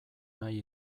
nahi